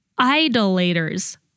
idolaters